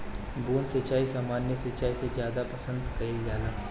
बूंद सिंचाई सामान्य सिंचाई से ज्यादा पसंद कईल जाला